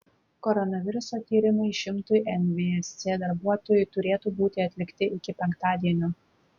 koronaviruso tyrimai šimtui nvsc darbuotojų turėtų būti atlikti iki penktadienio